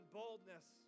boldness